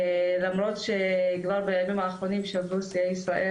למרות שבימים האחרונים שברו שיאי ישראל